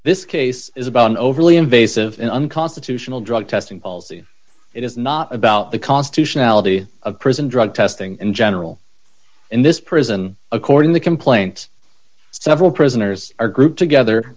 this case is about an overly invasive and unconstitutional drug testing policy it is not about the constitutionality of prison drug testing in general in this prison according the complaint several prisoners are grouped together